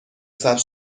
ثبت